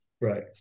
Right